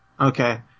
okay